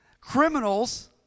criminals